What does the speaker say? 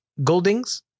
goldings